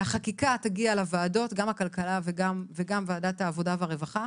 החקיקה תגיע לוועדות הכלכלה והעבודה והרווחה.